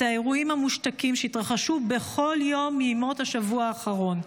האירועים המושתקים שהתרחשו בכל יום מימות השבוע האחרון.